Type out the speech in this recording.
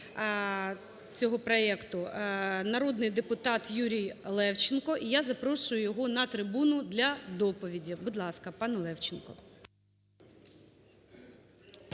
цього проекту, народний депутат Юрій Левченко. І я запрошую його на трибуну для доповіді. Будь ласка, пан Левченко.